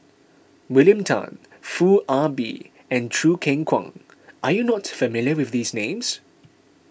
William Tan Foo Ah Bee and Choo Keng Kwang are you not familiar with these names